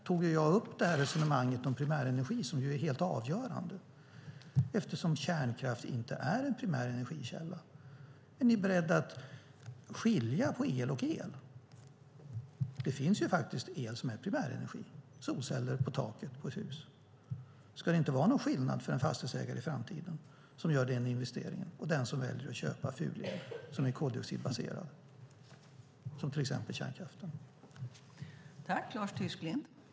Jag tog upp resonemanget om primärenergi, som är helt avgörande, eftersom kärnkraft inte är en primär energikälla. Är ni beredda att skilja på el och el? Det finns faktiskt el som är primärenergi, solceller på taket på ett hus. Ska det inte vara någon skillnad i framtiden mellan en fastighetsägare som gör den investeringen och den som väljer att köpa fulel, som är koldioxidbaserad och som till exempel kommer från kärnkraften?